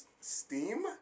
steam